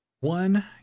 one